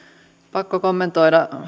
pakko kommentoida